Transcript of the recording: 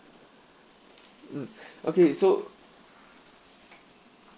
mm okay so